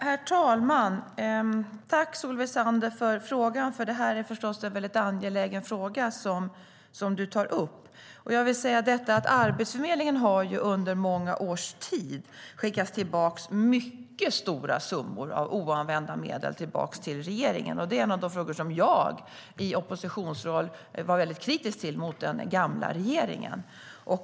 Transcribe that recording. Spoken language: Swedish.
Herr talman! Tack för frågan, Solveig Zander! Det är en väldigt angelägen fråga som du tar upp. Arbetsförmedlingen har under många års tid skickat tillbaka mycket stora summor av oanvända medel till regeringen. Det är en av de frågor som jag i oppositionsroll var väldigt kritiskt till mot den gamla regeringen.